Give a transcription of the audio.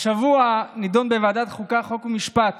השבוע נדונה בוועדת החוקה, חוק ומשפט